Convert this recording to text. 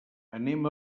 anem